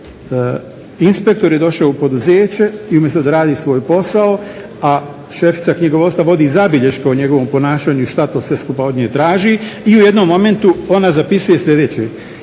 inspektor je došao u poduzeće i umjesto da radi svoj posao, a šefica knjigovodstva vodi zabilješke o njegovom ponašanju i šta to sve skupa od nje traži i u jednom momentu ona zapisuje sljedeće.